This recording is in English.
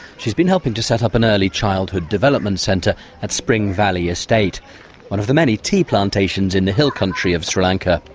she's been helping to set up an early childhood development centre at spring valley estate one of the many tea plantations in the hill country of sri lanka.